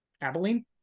Abilene